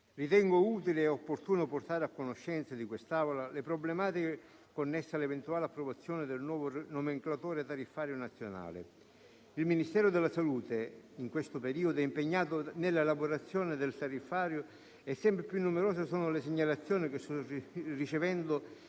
ritengo utile e opportuno portare a conoscenza di quest'Aula le problematiche connesse all'eventuale approvazione del nuovo nomenclatore tariffario nazionale. Il Ministero della salute, in questo periodo, è impegnato nella elaborazione del tariffario e sempre più numerose sono le segnalazioni che stiamo ricevendo